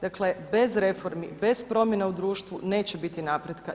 Dakle, bez reformi, bez promjena u društvu neće biti napretka.